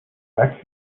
back